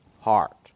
heart